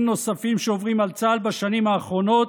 נוספים שעוברים על צה"ל בשנים האחרונות,